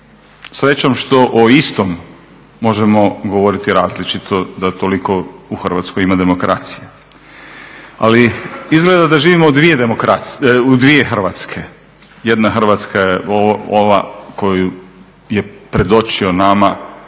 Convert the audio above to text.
Srećom što o istom možemo govoriti različito, da toliko u Hrvatskoj ima demokracije. Ali izgleda da živimo u dvije Hrvatske. Jedna Hrvatska je ova koju je predočio nama